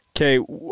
Okay